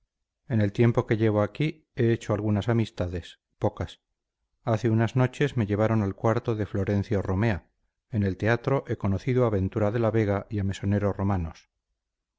en el tiempo que llevo aquí he hecho algunas amistades pocas hace unas noches me llevaron al cuarto de florencio romea en el teatro he conocido a ventura de la vega y a mesonero romanos